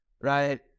right